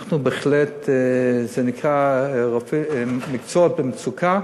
זה נקרא מקצוע במצוקה,